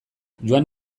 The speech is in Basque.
joan